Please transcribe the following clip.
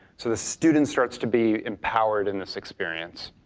so the student starts to be empowered in this experience.